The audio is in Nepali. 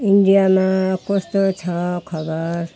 इन्डियामा कस्तो छ खबर